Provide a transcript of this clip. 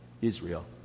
Israel